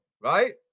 right